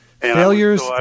Failures